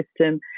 system